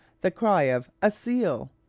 the cry of a seal!